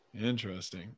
Interesting